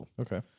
Okay